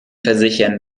versichern